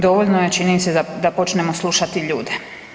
Dovoljno je, čini mi se, da počnemo slušati ljude.